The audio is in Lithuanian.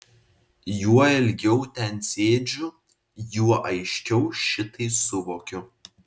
juo ilgiau ten sėdžiu juo aiškiau šitai suvokiu